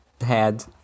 head